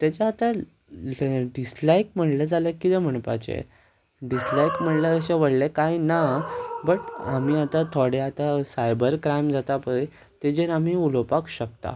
तेचें आतां डिसलायक म्हणलें जाल्यार कितें म्हणपाचें डिसलायक म्हणल्यार अशें व्हडलें कांय ना बट आमी आतां थोडे आतां सायबर क्रायम जाता पय तेजेर आमी उलोवपाक शकता